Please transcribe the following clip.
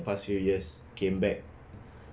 past few years came back